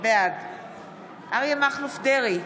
בעד אריה מכלוף דרעי,